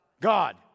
God